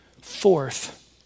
Fourth